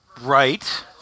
Right